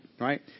right